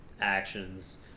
actions